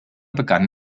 begann